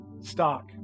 stock